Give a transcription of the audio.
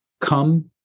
Come